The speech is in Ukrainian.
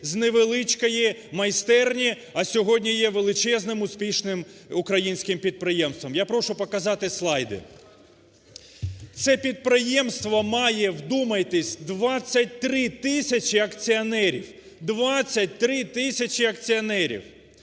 з невеличкої майстерні, а сьогодні є величезним успішним українським підприємством. Я прошу показати слайди. Це підприємство має, вдумайтесь, 23 тисячі акціонерів, 23 тисячі акціонерів.